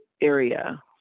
area